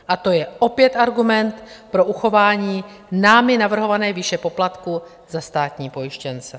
A to je opět argument pro uchování námi navrhované výše poplatku za státní pojištěnce.